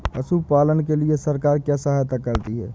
पशु पालन के लिए सरकार क्या सहायता करती है?